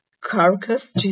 carcass